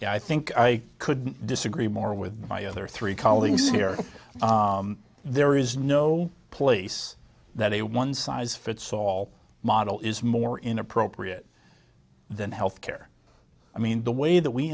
paul i think i couldn't disagree more with my other three colleagues here there is no place that a one size fits all model is more inappropriate than health care i mean the way that we